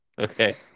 Okay